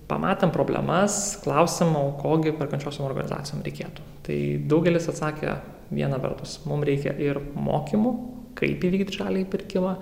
pamatėm problemas klausėm o ko gi perkančiosios organizacijom reikėtų tai daugelis atsakė viena vertus mum reikia ir mokymų kaip įvykdyt žaliąjį pirkimą